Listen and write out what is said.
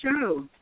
show